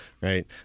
right